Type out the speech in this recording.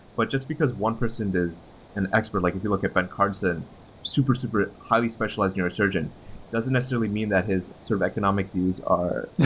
but just because one person is an expert, like if you look at ben carson super, super highly specialized neurosurgeon. it doesn't necessarily mean that his sort of economic views are